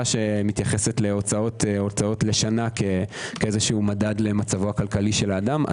שמתייחסת להוצאות לשנה כמדד למצב הכלכלי של האדם.